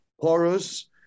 porous